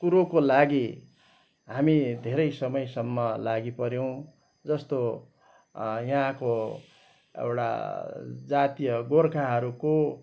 कुरोको लागि हामी धेरै समयसम्म लागि पऱ्यौँ जस्तो यहाँको एउटा जातीय गोर्खाहरूको